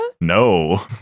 No